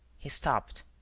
he stopped.